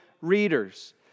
readers